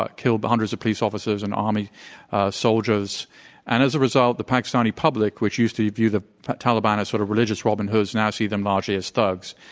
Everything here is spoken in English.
ah killed but hundreds of police officers and army soldiers. and as a result, the pakistani public, which used to view the taliban as sort of religious robin hoods, now see them largely as thugs.